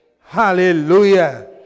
Hallelujah